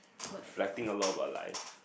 reflecting a lot about life